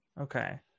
Okay